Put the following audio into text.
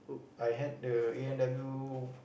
I hate the A-and-W